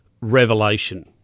revelation